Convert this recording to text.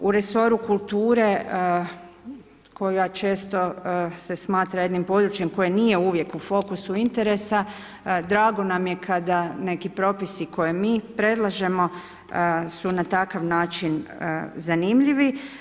U resoru kulture koju ja često se smatra jednim područjem koje nije uvijek u fokusu interesa, drago nam je kada neki propisi koje mi predlažemo su na takav način zanimljivi.